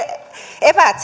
eväät